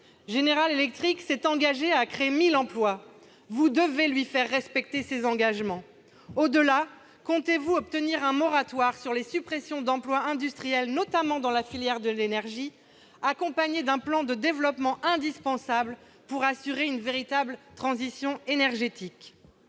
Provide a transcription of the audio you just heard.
General Electric s'est engagé à créer 1 000 emplois ; vous devez lui faire respecter ses engagements, monsieur le secrétaire d'État ! Au-delà, comptez-vous obtenir un moratoire sur les suppressions d'emplois industriels, notamment dans la filière de l'énergie, qui doit être accompagné d'un plan de développement, indispensable pour assurer une véritable transition énergétique ?